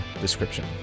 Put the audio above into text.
description